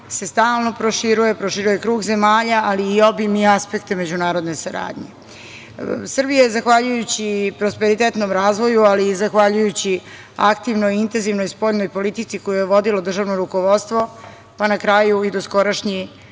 se stalno proširuje, proširuje krug zemalja, ali i obim i aspekte međunarodne saradnje. Srbija je zahvaljujući prosperitetnom razvoju, ali i zahvaljujući aktivnoj i intenzivnoj spoljnoj politici koju je vodilo državno rukovodstvo, pa na kraju i doskorašnji